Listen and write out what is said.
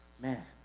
Man